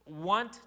want